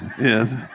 Yes